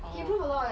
oh